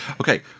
Okay